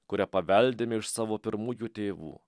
kuria paveldimi iš savo pirmųjų tėvų